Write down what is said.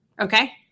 okay